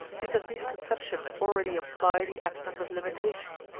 because these conceptions already imply the absence of limitation.